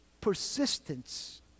Persistence